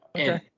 Okay